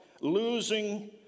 losing